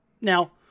Now